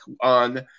on